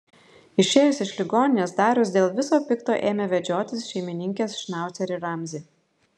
išėjęs iš ligoninės darius dėl viso pikto ėmė vedžiotis šeimininkės šnaucerį ramzį